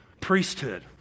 Priesthood